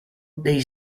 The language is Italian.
dei